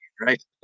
right